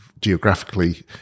geographically